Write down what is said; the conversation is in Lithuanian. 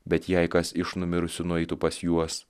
bet jei kas iš numirusių nueitų pas juos